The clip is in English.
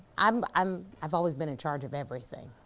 um um i've always been in charge of everything